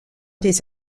des